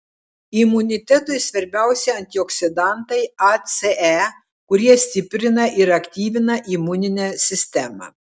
imunitetui svarbiausi antioksidantai a c e kurie stiprina ir aktyvina imuninę sistemą